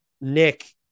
nick